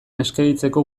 eskegitzeko